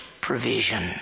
provision